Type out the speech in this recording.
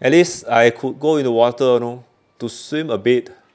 at least I could go into water you know to swim a bit